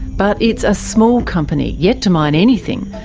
but it's a small company, yet to mine anything,